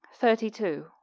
thirty-two